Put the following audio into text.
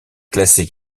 classée